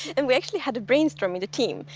and we actually had a brainstorm in the team.